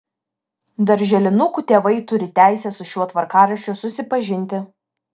darželinukų tėvai turi teisę su šiuo tvarkaraščiu susipažinti